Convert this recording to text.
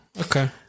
Okay